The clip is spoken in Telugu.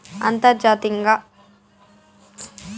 అంతర్జాతీయంగా ఈ మొసళ్ళ వ్యవసాయం చేస్తన్నారు